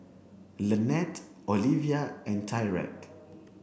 Lanette Oliva and Tyrek